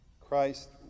Christ